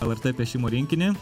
lrt piešimo rinkinį